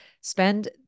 spend